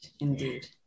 Indeed